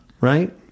Right